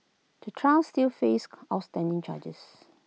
the trio still face outstanding charges